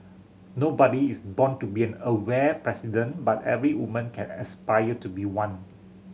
nobody is born to be an Aware president but every woman can aspire to be one